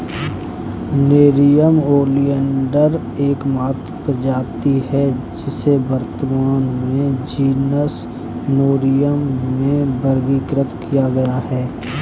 nerium oleander एकमात्र प्रजाति है जिसे वर्तमान में जीनस नेरियम में वर्गीकृत किया गया है